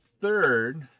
third